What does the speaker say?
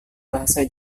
bahasa